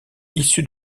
issues